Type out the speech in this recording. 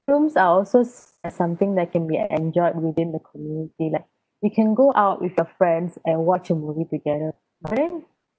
films are also as something that can be enjoyed within the community like you can go out with your friends and watch a movie together but then